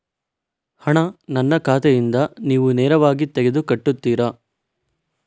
ಹಣ ನನ್ನ ಖಾತೆಯಿಂದ ನೀವು ನೇರವಾಗಿ ತೆಗೆದು ಕಟ್ಟುತ್ತೀರ?